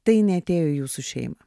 tai neatėjo į jūsų šeimą